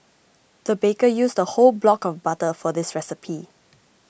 the baker used a whole block of butter for this recipe